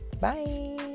Bye